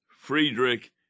Friedrich